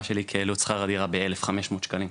שלי משום שהעלו את שכר הדירה בכ-1,500 ₪.